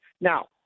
Now